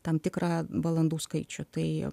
tam tikrą valandų skaičių tai